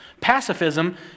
pacifism